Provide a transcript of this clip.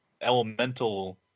elemental